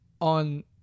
on